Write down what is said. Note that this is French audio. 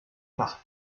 par